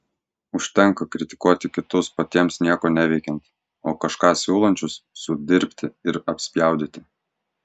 užtenka kritikuoti kitus patiems nieko neveikiant o kažką siūlančius sudirbti ir apspjaudyti